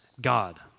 God